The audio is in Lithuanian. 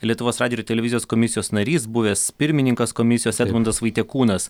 lietuvos radijo ir televizijos komisijos narys buvęs pirmininkas komisijos edmundas vaitiekūnas